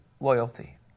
loyalty